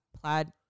plaid